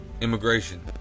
Immigration